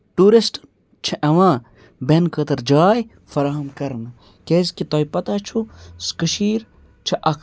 tourist چھِ یِوان بیٚہنہٕ خٲطرٕ جاے فراہم کَرنہٕ کیٛازِکہِ تۄہہِ پَتاہ چھُ کٔشیٖر چھُ اَکھ